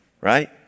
right